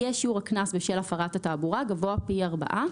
יהיה שיעור הקנס בשל הפרת התעבורה גבוה פי ארבעה